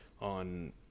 on